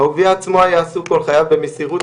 אהוביה עצמו היה עסוק כל חייו במסירות